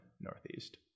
northeast